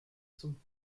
zum